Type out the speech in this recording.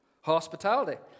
hospitality